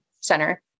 Center